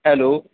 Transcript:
hello